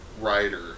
writer